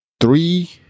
three